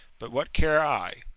but what care i?